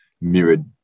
mirrored